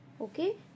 Okay